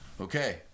Okay